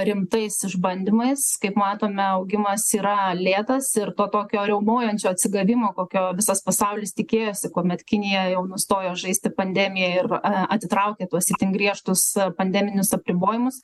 rimtais išbandymais kaip matome augimas yra lėtas ir to tokio riaumojančio atsigavimo kokio visas pasaulis tikėjosi kuomet kinija jau nustojo žaisti pandemiją ir atitraukė tuos itin griežtus pandeminius apribojimus